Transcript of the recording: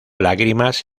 lágrimas